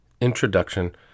Introduction